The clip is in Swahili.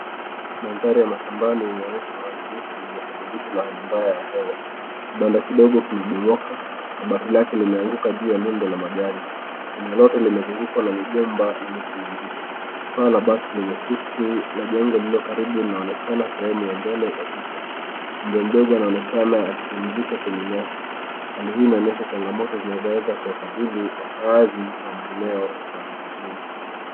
Mandhari ya mashambani inaonyesha uharibifu uliosababishwa na hali mbaya ya hewa. Kibanda kidogo kimebomoka na bati lake limeanguka juu ya lundo la majani. Eneo lote limezungukwa na migomba na miti mingine. Paa la bati lenye kutu la jengo lililo karibu linaonekana sehemu ya mbele ya picha. Mbwa mdogo anaonekana akipumzika kwenye nyasi. Hali hii inaonyesha changamoto zinazoweza kuwakabili wakaazi wa maeneo za vijijini.